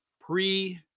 pre